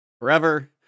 forever